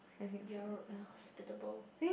you're hospitable